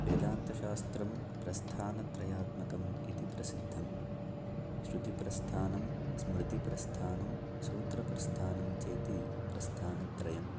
वेदान्तशास्त्रं प्रस्थानत्रयात्मकम् इति प्रसिद्धं श्रुतिप्रस्थानं स्मृतिप्रस्थानं सूत्रप्रस्थानं च इति प्रस्थानत्रयं